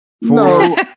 No